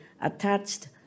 attached